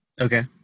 Okay